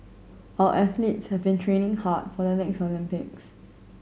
our athletes have been training hard for the next Olympics